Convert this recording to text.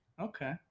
Okay